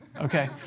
Okay